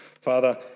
Father